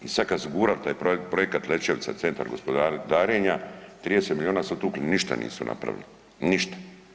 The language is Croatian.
I sad kad su gurali taj projekat Lećevica, centar gospodarenja, 30 milijona su utukli, ništa nisu napravili, ništa.